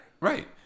Right